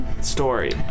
story